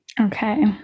Okay